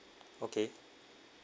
okay